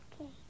Okay